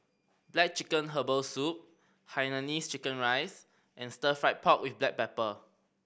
black chicken herbal soup hainanese chicken rice and Stir Fried Pork With Black Pepper